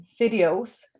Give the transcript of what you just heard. videos